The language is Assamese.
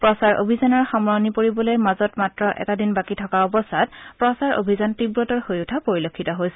প্ৰচাৰ অভিযানৰ সামৰণি পৰিবলৈ মাজত মাত্ৰ এটা দিন বাকী থকা অৱস্থাত প্ৰচাৰ অভিযান তীৱতৰ হৈ উঠা পৰিলক্ষিত হৈছে